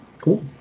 Cool